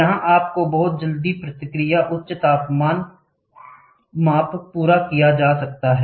यह आपको बहुत जल्दी प्रतिक्रिया उच्च तापमान माप पूरा किया जा सकता है